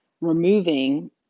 removing